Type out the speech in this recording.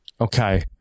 Okay